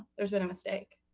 there's been a mistake.